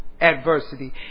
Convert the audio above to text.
adversity